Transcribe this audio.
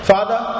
Father